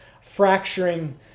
fracturing